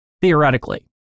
theoretically